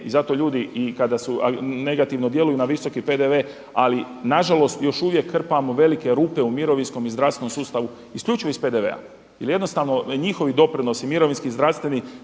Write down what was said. i zato ljudi kada su i negativno djeluju na visoki PDV ali nažalost još uvijek krpamo velike rupe u mirovinskom i zdravstvenom sustavu isključivo iz PDV-a jel jednostavno njihovi doprinosi mirovinski, zdravstveni